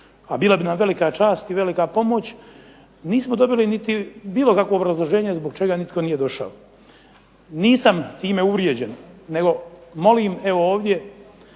a bila bi nam velika čast i velika pomoć nismo dobili niti bilo kakvo obrazloženje zbog čega nitko nije došao. Nisam time uvrijeđen, nego molim evo ovdje